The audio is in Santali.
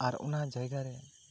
ᱟᱨ ᱚᱱᱟ ᱡᱟᱭᱜᱟ ᱨᱮ